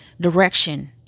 direction